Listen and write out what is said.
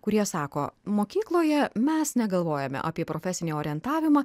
kurie sako mokykloje mes negalvojame apie profesinį orientavimą